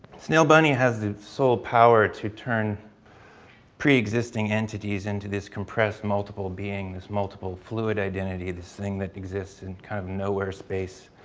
snail bunny has the sole power to turn preexisting entities into this compressed multiple beings, this multiple fluid identity, this thing that exists in kind of nowhere space,